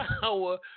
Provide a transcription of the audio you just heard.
power